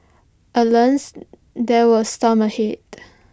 alas there were storms ahead